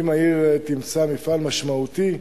אם העיר תמצא מפעל משמעותי,